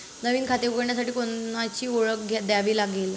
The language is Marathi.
नवीन खाते उघडण्यासाठी कोणाची ओळख द्यावी लागेल का?